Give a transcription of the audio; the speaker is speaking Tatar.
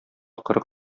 кырык